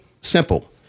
simple